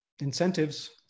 Incentives